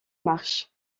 marches